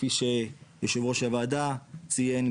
כפי שיושב ראש הוועדה ציין,